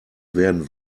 werden